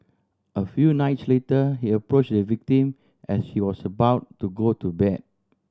a few nights later he approached the victim as she was about to go to bed